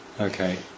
Okay